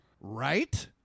Right